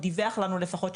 הוא דיווח לנו לפחות,